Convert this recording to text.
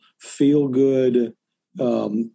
feel-good